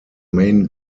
main